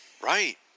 Right